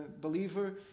believer